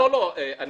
אני